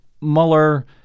Mueller